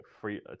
free